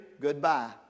goodbye